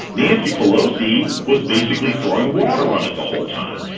nancy pelosi was basically throwing water on it the whole time.